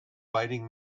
fighting